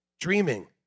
dreaming